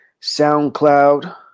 SoundCloud